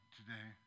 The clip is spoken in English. today